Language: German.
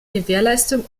gewährleistung